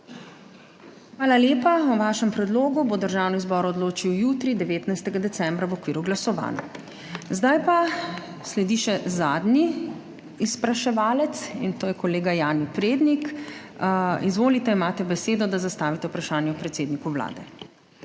Hvala lepa. O vašem predlogu bo Državni zbor odločal jutri, 19. decembra, v okviru glasovanj. Zdaj pa sledi še zadnji izpraševalec, to je kolega Jani Prednik. Izvolite, imate besedo, da zastavite vprašanje predsedniku Vlade.